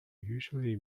usually